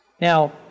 Now